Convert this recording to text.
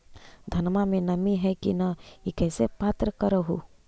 धनमा मे नमी है की न ई कैसे पात्र कर हू?